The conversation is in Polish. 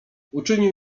uczynił